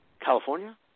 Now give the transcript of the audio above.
California